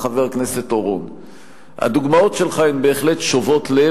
שאתם, הבית שלכם, היישוב שלכם,